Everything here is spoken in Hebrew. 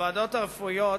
הוועדות הרפואיות,